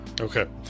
Okay